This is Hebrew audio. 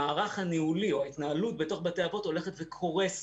המערך הניהולי או ההתנהלות בתות בתי האבות הולכת וקורסת.